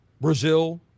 Brazil